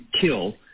kill